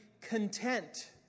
content